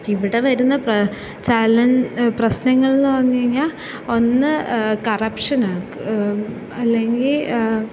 ഇവിടെ വരുന്ന പ്ര ചലൻ പ്രശ്നങ്ങളെന്നു പറഞ്ഞു കഴിഞ്ഞാൽ ഒന്ന് കറപ്ഷനാണ് അല്ലെങ്കിൽ